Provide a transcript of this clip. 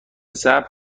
صبر